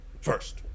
first